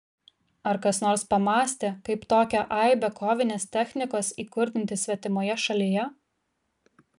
ar kas nors pamąstė kaip tokią aibę kovinės technikos įkurdinti svetimoje šalyje